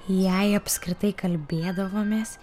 jei apskritai kalbėdavomės